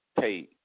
paid